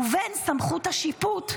ובין סמכות השיפוט,